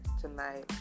tonight